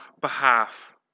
behalf